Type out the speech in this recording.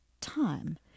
time